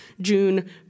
June